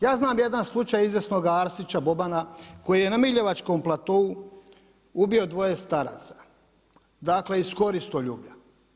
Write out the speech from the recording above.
Ja znam jedan slučaj izvjesnoga Arsića Bobana koji je na Miljevačkom platou ubio dvoje staraca iz koristoljublja.